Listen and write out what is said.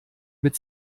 mit